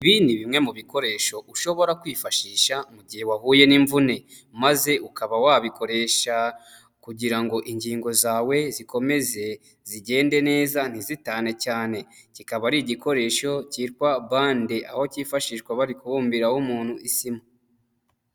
Ibi ni bimwe mu bikoresho ushobora kwifashisha mu gihe wahuye n'imvune. Maze ukaba wabikoresha kugira ngo ingingo zawe zikomeze zigende neza ntizitane cyane. Kikaba ari igikoresho cyitwa bande aho kifashishwa bari kubumbiraho umuntu isimu.